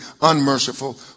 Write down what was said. unmerciful